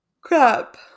crap